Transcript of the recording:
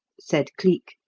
said cleek,